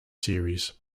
series